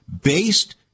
based